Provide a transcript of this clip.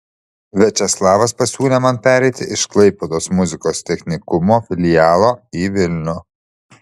viačeslavas pasiūlė man pereiti iš klaipėdos muzikos technikumo filialo į vilnių